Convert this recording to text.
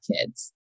kids